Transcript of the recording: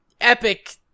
epic